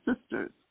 sisters